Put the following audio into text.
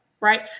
Right